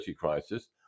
crisis